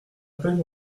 peine